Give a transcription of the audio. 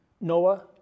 Noah